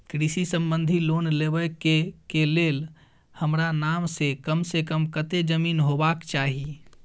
कृषि संबंधी लोन लेबै के के लेल हमरा नाम से कम से कम कत्ते जमीन होबाक चाही?